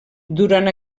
durant